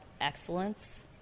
excellence